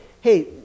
hey